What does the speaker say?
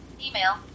Email